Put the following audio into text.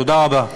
תודה רבה.